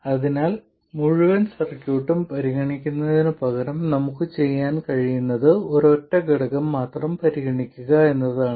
അതിനാൽ മുഴുവൻ സർക്യൂട്ടും പരിഗണിക്കുന്നതിനുപകരം നമുക്ക് ചെയ്യാൻ കഴിയുന്നത് ഒരൊറ്റ ഘടകം മാത്രം പരിഗണിക്കുക എന്നതാണ്